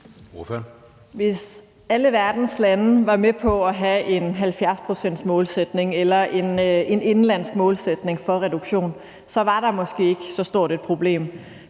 Hvis alle verdens lande var med på at have en 70-procentsmålsætning eller en indenlandsk målsætning for reduktion, var der måske ikke så stort et problem.